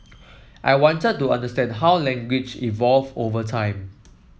I wanted to understand how language evolved over time